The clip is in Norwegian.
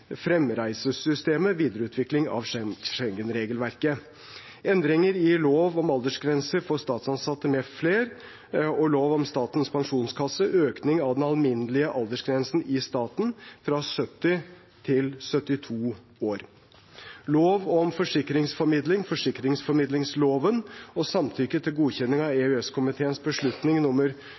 fremreisesystemet (Prop. 231 S Endringer i lov om aldersgrenser for statsansatte m.fl. og lov om Statens pensjonskasse (Prop. 227 L Lov om forsikringsformidling og samtykke til godkjenning av EØS-komiteens beslutning nr. 214/2018 av 26. oktober 2018 om innlemmelse i EØS-avtalen av direktiv 2016/97 og